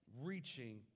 reaching